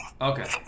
okay